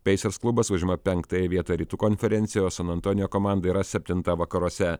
pacers klubas užima penktąją vietą rytų konferencijoje o san antonijo komanda yra septinta vakaruose